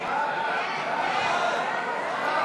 לשנת התקציב 2016,